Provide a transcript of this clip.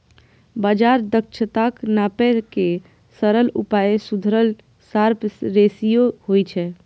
बाजार दक्षताक नापै के सरल उपाय सुधरल शार्प रेसियो होइ छै